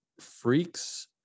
Freaks